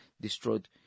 destroyed